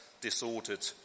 disordered